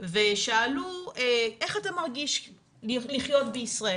ושאלו 'איך אתה מרגיש לחיות בישראל'